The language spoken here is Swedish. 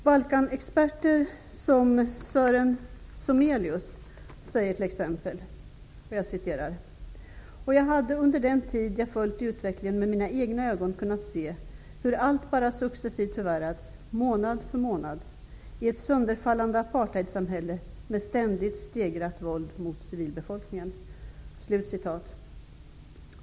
Balkanexperter som Sören Sommelius säger t.ex.: ''Och jag hade under den tid jag följt utvecklingen med mina egna ögon kunnat se hur allt bara successivt förvärrats, månad för månad, i ett sönderfallande apartheidsamhälle med ständigt stegrat våld mot civilbefolkningen.''